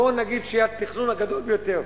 בואו נגיד שהתכנון הגדול ביותר,